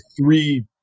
three